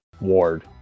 ward